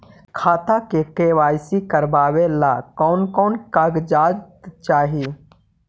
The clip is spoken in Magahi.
खाता के के.वाई.सी करावेला कौन कौन कागजात चाही?